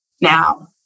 now